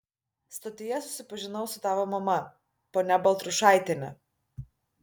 stotyje susipažinau su tavo mama ponia baltrušaitiene